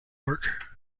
work